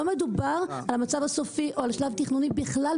לא מדובר על המצב הסופי או על השלב הסופי בכלל,